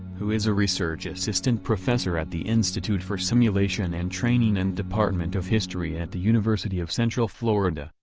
who is a research assistant professor at the institute for simulation and training and department of history at the university of central florida,